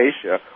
Asia